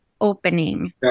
opening